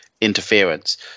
interference